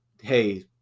hey